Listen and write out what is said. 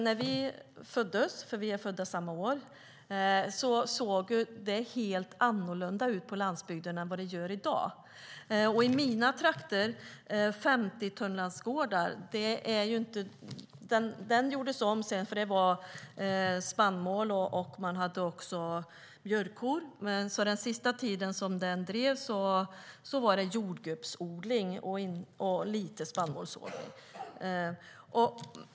När vi föddes - vi är födda samma år - såg det helt annorlunda ut på landsbygden än vad det gör i dag. Den gård som jag växte upp på - en gård på 50 tunnland - gjordes om. Tidigare hade man spannmål och mjölkkor. Den sista tiden som gården drevs hade man jordgubbsodling och lite spannmålsodling.